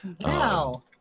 wow